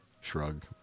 shrug